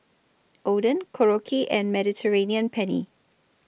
Oden Korokke and Mediterranean Penne